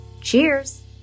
Cheers